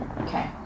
Okay